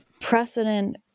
precedent